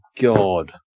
God